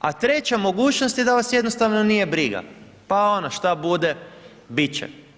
a treća mogućnost je da vas jednostavno nije briga, pa ono šta bude, bit će.